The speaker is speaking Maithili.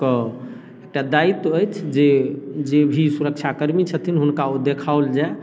कऽ एकटा दायित्व अछि जे जे भी सुरक्षाकर्मी छथिन हुनका ओ देखाओल जाइ